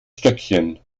stöckchen